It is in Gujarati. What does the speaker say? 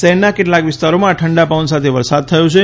શહેરના કેટલાક વિસ્તારોમાં ઠંડા પવન સાથે વરસાદ થયો છે